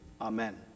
Amen